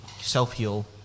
self-heal